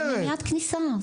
זה מניעת כניסה.